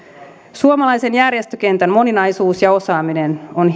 suomalaisen järjestökentän moninaisuus ja osaaminen on